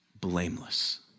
Blameless